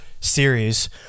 series